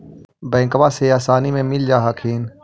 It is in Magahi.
बैंकबा से आसानी मे मिल जा हखिन?